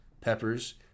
peppers